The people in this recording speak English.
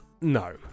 no